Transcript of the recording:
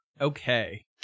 Okay